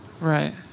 right